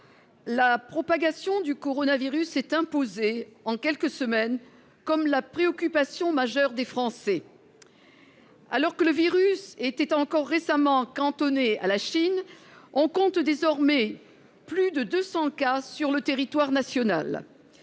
la propagation du coronavirus s'est imposée, en quelques semaines, comme la préoccupation majeure des Français. Alors que le virus était encore récemment cantonné à la Chine, on compte désormais plus de 200 cas sur le territoire national.